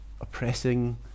oppressing